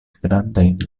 grandajn